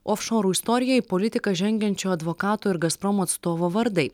ofšorų istorija į politiką žengiančio advokato ir gazpromo atstovo vardai